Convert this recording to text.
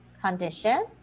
condition